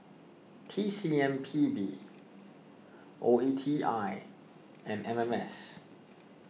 T C M P B O E T I and M M S